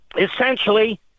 essentially